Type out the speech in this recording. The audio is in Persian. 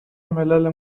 ملل